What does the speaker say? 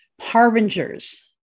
harbingers